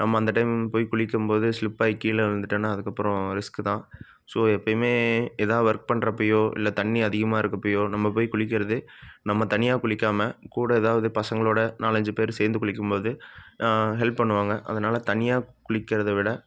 நம்ம அந்த டைம் போய் குளிக்கும் போது ஸ்லிப் ஆகி கீழே விழுந்துட்டேன்னா அதுக்கப்புறம் ரிஸ்க்கு தான் ஸோ எப்பயுமே எதாே ஒர்க் பண்ணுறப்பயோ இல்லை தண்ணி அதிகமாக இருக்கப்போயோ நம்ம போய் குளிக்கிறது நம்ம தனியாக குளிக்காமல் கூட ஏதாவது பசங்களோடு நாலஞ்சு பேர் சேர்ந்து குளிக்கும்போது ஹெல்ப் பண்ணுவாங்க அதனால் தனியாக குளிக்கிறதை விட